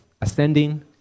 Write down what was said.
ascending